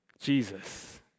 Jesus